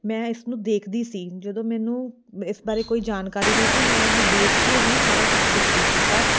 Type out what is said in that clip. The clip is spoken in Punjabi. ਮੈਂ ਇਸ ਨੂੰ ਦੇਖਦੀ ਸੀ ਜਦੋਂ ਮੈਨੂੰ ਇਸ ਬਾਰੇ ਕੋਈ ਜਾਣਕਾਰੀ ਨਹੀਂ ਸੀ ਮੈਂ ਇਹਨੂੰ ਦੇਖ ਕੇ ਹੀ ਸਾਰਾ ਕੁਛ ਸਿੱਖਦੀ ਸੀ ਪਰ